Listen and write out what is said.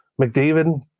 McDavid